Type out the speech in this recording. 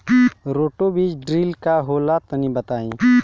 Roto बीज drill का होला तनि बताई?